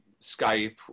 skype